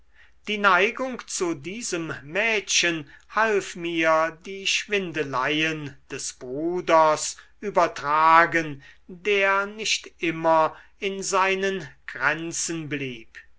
die neigung zu diesem mädchen half mir die schwindeleien des bruders übertragen der nicht immer in seinen grenzen blieb